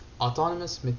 autonomous